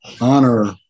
honor